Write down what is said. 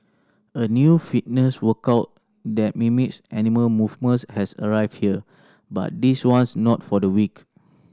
a new fitness workout that mimics animal movements has arrived here but this one's not for the weak